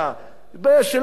שלא תטעו,